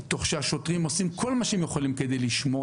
כשהשוטרים עושים כל מה שהם יכולים כדי לשמור